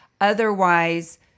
otherwise